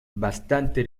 bastante